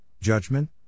judgment